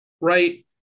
right